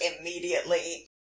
immediately